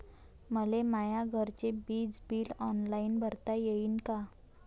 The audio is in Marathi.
मले माया घरचे विज बिल ऑनलाईन भरता येईन का?